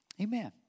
Amen